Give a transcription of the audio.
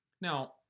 Now